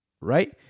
Right